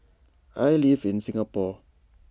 I live in Singapore